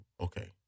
okay